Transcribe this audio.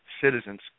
citizens